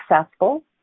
successful